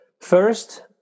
first